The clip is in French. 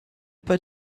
peut